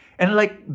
and like, the,